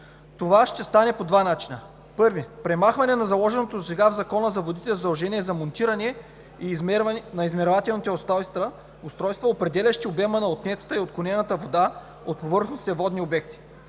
Това ще стане по два начина. Първият е с премахване на заложеното досега в Закона за водите задължение за монтиране на измервателни устройства, определящи обема на отнетата и отклонена вода от повърхностните водни обекти.